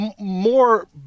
more